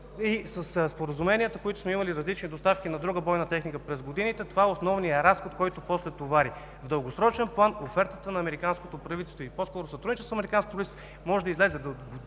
със споразуменията, които сме имали за различни доставки на друга бойна техника през годините, смятам, че това е основният разход, който после товари. В дългосрочен план офертата на американското правителство, по скоро сътрудничество с американското правителство може да излезе далеч